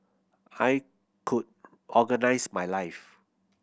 I could organise my life